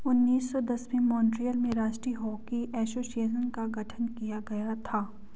उन्नीस सौ दस में मॉन्ट्रियल में राष्ट्रीय हॉकी एसोसिएशन का गठन किया गया था